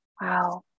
Wow